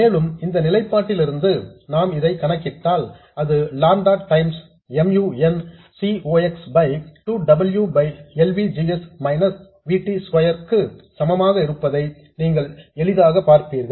மேலும் இந்த நிலைப்பாட்டிலிருந்து நாம் இதை கணக்கிட்டால் அது lambda times mu n C ox by 2 W by L V G S minus V T square க்கு சமமாக இருப்பதை நீங்கள் எளிதாக பார்ப்பீர்கள்